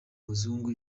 muzungu